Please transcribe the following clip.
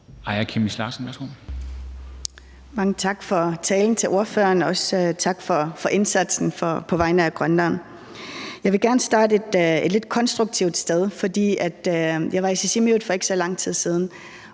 Mange tak for talen til ordføreren, og også tak for indsatsen på vegne af Grønland. Jeg vil gerne starte et lidt konstruktivt sted, for jeg var i Sisimiut for ikke så lang tid siden,